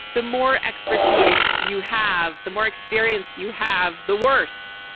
the more expertise you have, the more experience you have, the worse,